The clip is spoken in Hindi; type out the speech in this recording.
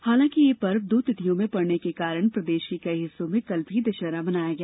हालांकि ये पर्व दो तिथियों में पड़ने के कारण प्रदेश के कई हिस्सों में कल भी दशहरा मनाया गया